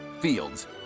Fields